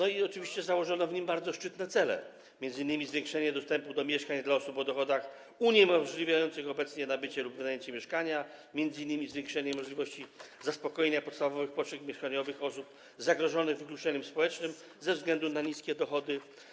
Oczywiście założono w nim bardzo szczytne cele, m.in. zwiększenie dostępu do mieszkań dla osób o dochodach obecnie uniemożliwiających im nabycie lub wynajęcie mieszkania czy zwiększenie możliwości zaspokojenia podstawowych potrzeb mieszkaniowych osób zagrożonych wykluczeniem społecznym ze względu na niskie dochody.